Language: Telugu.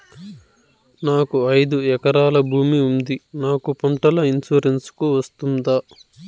నాకు ఐదు ఎకరాల భూమి ఉంది నాకు పంటల ఇన్సూరెన్సుకు వస్తుందా?